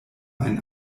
ein